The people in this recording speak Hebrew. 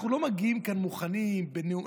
אנחנו לא מגיעים לכאן מוכנים בנאומים,